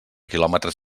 quilòmetres